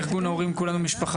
ארגון ההורים "כולנו משפחה",